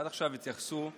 עד עכשיו התייחסו לזה,